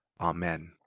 Amen